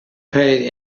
paid